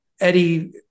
Eddie